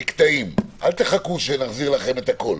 במקטעים, אל תחכו שנחזיר לכם את הכול.